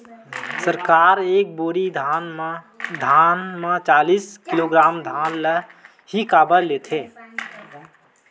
सरकार एक बोरी धान म चालीस किलोग्राम धान ल ही काबर लेथे?